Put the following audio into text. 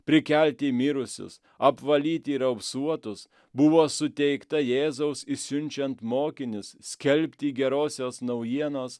prikelti mirusius apvalyti raupsuotus buvo suteikta jėzaus išsiunčiant mokinius skelbti gerosios naujienos